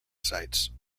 sites